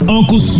Uncle